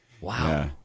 Wow